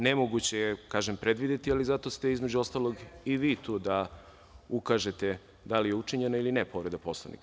Nemoguće je, kažem, predvideti, ali zato ste, između ostalog, i vi tu da ukažete da li je učinjena ili ne povreda Poslovnika.